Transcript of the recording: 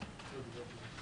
בבקשה.